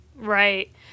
Right